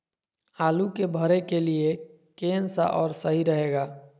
आलू के भरे के लिए केन सा और सही रहेगा?